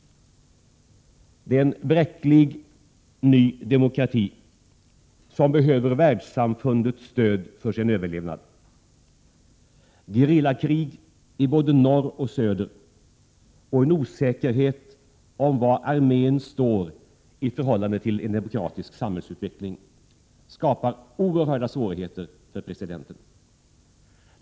Det är en bräcklig, ny demokrati som behöver Världssamfundets stöd för sin överlevnad. Gerillakrig i både norr och söder och en osäkerhet om var armén står i förhållande till en demokratisk samhällsutveckling skapar oerhörda svårigheter för presidenten.